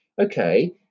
Okay